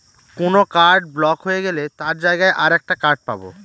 কোন card block হয়ে গেলে তার জায়গায় আর একটা কার্ড পাবো